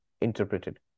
interpreted